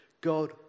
God